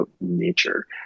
nature